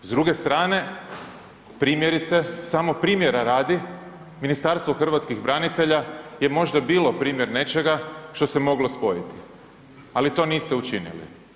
S druge strane primjerice, samo primjera radi, Ministarstvo hrvatskih branitelja je možda bilo primjer nečega što se moglo spojiti, ali to niste učinili.